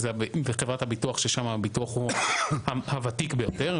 שזה חברת הביטוח ששם הביטוח הוא הוותיק ביותר,